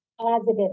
positive